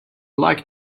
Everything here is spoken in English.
liked